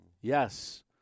Yes